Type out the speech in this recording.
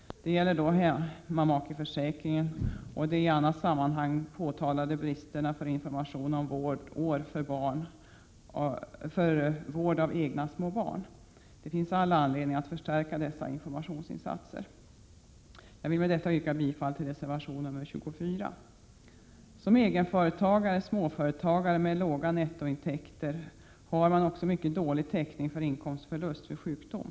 Det gäller då hemmamakeförsäkringen och de i annat sammanhang påtalade bristerna när det gäller information om vårdår för vård av egna små barn. Det finns all anledning att förstärka dessa informationsinsatser. Jag vill med detta yrka bifall till reservation nr 24. Egenföretagare och småföretagare med låga nettointäkter har också mycket dålig täckning för inkomstförlust vid sjukdom.